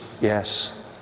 yes